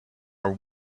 are